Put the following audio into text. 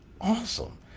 awesome